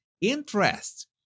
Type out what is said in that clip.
interest